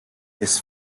his